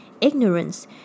ignorance